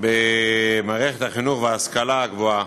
במערכת החינוך וההשכלה הגבוהה.